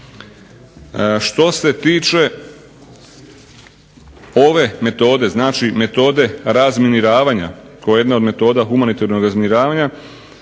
Što se tiče ove metode, znači metode razminiravanja koja je jedna od metoda humanitarnog razminiravanja,